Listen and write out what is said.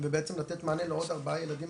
ובעצם לתת מענה לעוד ארבעה ילדים,